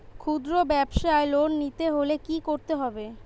খুদ্রব্যাবসায় লোন নিতে হলে কি করতে হবে?